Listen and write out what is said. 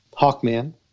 Hawkman